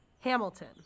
Hamilton